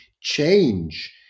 change